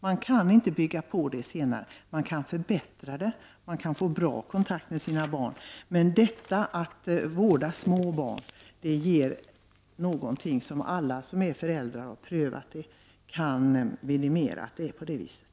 Man kan bygga på och förbättra relationen senare, och pappan kan få bra kontakt med sina barn, men att vårda små barn ger någonting särskilt. Alla som är föräldrar och har prövat det kan vidimera att det är på det viset.